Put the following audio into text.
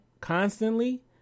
constantly